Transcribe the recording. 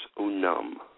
Unum